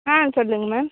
ஆ சொல்லுங்க மேம்